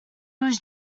was